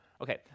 Okay